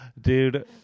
dude